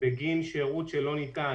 בגין שירות שלא ניתן,